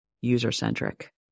user-centric